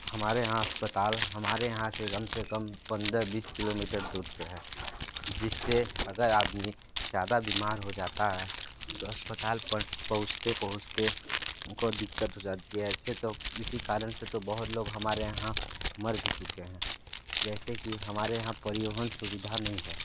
हमारे यहाँ अस्पताल हमारे यहाँ से कम से कम पंद्रह बीस किलोमीटर दूर पे है जिससे अगर आदमी ज़्यादा बीमार हो जाता है तो अस्पताल पर पहुंचते पहुंचते उनको दिक्कत हो जाती है ऐसे तो इसी कारण से तो बहुत लोग हमारे यहाँ मर भी चुके हैं जैसे कि हमारे यहाँ परिवहन सुविधा नहीं है